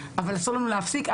אבל אסור לנו להפסיק,